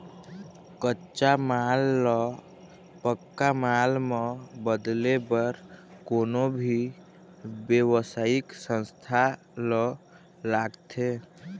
कच्चा माल ल पक्का माल म बदले बर कोनो भी बेवसायिक संस्था ल लागथे